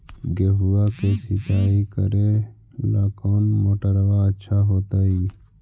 गेहुआ के सिंचाई करेला कौन मोटरबा अच्छा होतई?